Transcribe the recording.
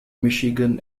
michigan